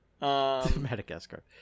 Madagascar